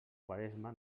quaresma